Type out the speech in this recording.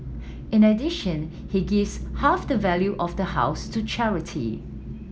in addition he gives half the value of the house to charity